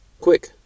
Quick